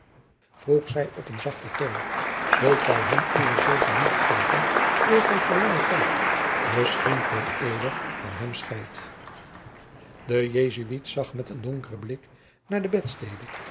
vroeg zij op een zachten toon zult gij hem uwen zegen niet geven eer gij voor langen tijd misschien voor eeuwig van hem scheidt de jesuit zag met een donkeren blik naar de bedstede